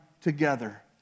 together